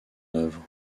œuvre